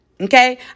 Okay